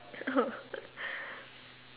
oh